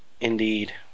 Indeed